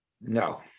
No